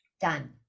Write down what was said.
Done